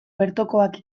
bertokoak